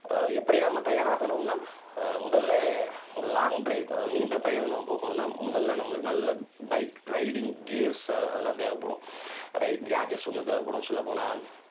எப்படி நம்ம தயாராகணும்னால் முதலில் ஒரு லாங் ட்ரைவ் அதாவது நீண்ட பயணம் நம்ம போகணும்னால் முதல்ல நம்மளுக்கு நல்ல பைக் ரைடிங் கியர்ஸ் அதெல்லாம் தேவைப்படும் ரைட் கேஜேஸ் வந்து தேவைப்படும் சொல்லப்போனால்